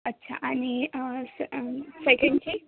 अच्छा आणि स सेकेंडची